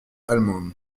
allemande